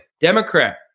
Democrat